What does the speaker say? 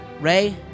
Ray